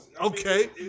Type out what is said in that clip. Okay